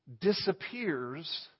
disappears